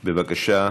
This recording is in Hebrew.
בבקשה.